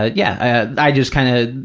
ah yeah, i just kind of,